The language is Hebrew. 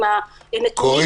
לא ראוי